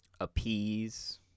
appease